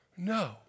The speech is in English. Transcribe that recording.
No